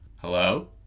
hello